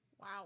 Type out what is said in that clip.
Wow